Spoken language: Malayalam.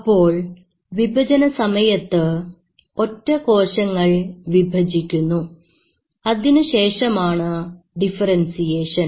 അപ്പോൾ വിഭജന സമയത്ത് ഒറ്റ കോശങ്ങൾ വിഭജിക്കുന്നു അതിനുശേഷമാണ് ഡിഫറെൻസിയേഷൻ